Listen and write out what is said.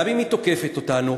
גם אם היא תוקפת אותנו.